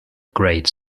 great